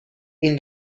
این